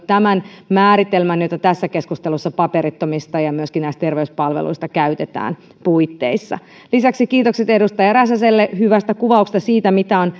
tämän määritelmän puitteissa jota tässä keskustelussa paperittomista ja myöskin näistä terveyspalveluista käytetään lisäksi kiitokset edustaja räsäselle hyvästä kuvauksesta siitä mitä